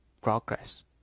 progress